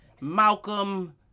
Malcolm